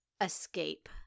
Escape